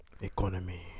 economy